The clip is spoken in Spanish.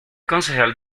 concejal